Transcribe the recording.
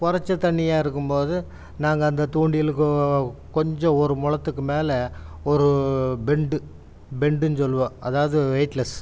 குறச்ச தண்ணியாக இருக்கும் போது நாங்கள் அந்த தூண்டிலுக்கு கொஞ்சம் ஒரு முழத்துக்கு மேல் ஒரு பெண்டு பெண்டுன்னு சொல்லுவோம் அதாவது வெயிட்லெஸ்